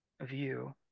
view